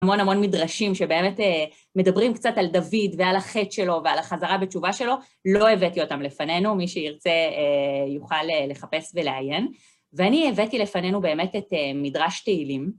המון המון מדרשים שבאמת מדברים קצת על דוד ועל החטא שלו ועל החזרה בתשובה שלו, לא הבאתי אותם לפנינו, מי שירצה יוכל לחפש ולעיין. ואני הבאתי לפנינו באמת את מדרש תהילים.